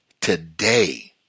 today